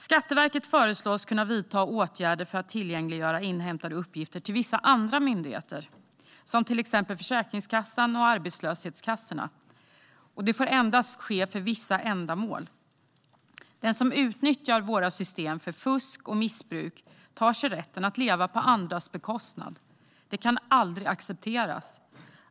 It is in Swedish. Skatteverket föreslås kunna vidta åtgärder för att tillgängliggöra inhämtade uppgifter till vissa andra myndigheter som till exempel Försäkringskassan och arbetslöshetskassorna. Det får endast ske för vissa ändamål. Den som utnyttjar våra system för fusk och missbruk tar sig rätten att leva på andras bekostnad. Det kan aldrig accepteras.